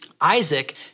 Isaac